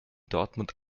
dortmund